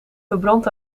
verbrand